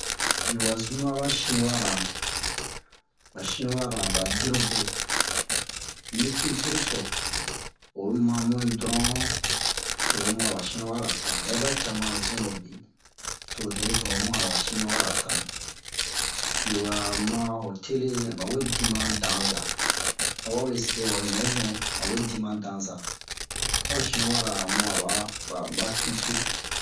Biyo wa ɲuna ba shiniwara ba shiniwara ba dirobe ni kiltir so oyi ma mu doron to oro mu a ba shiniwara ta hɛ ba cama zinobe to o dɛ i zun oro mu a ba shiniwara ta biyo wa ma ho tele ba we di ma han danza a wabe se wabe bɛ zun a we di ma danza a ba shiniwara mu'a ba ba ba kiltir